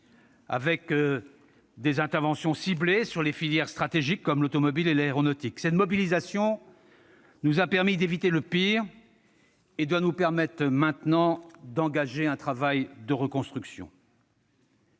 avec des interventions ciblées sur les filières stratégiques, comme l'automobile et l'aéronautique. Cette mobilisation nous a permis d'éviter le pire ; elle doit nous permettre maintenant d'engager un travail de reconstruction.